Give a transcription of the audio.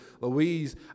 Louise